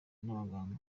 n’abaganga